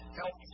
help